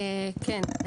כן.